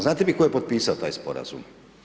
Znate vi tko je potpisao taj Sporazum?